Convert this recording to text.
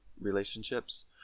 relationships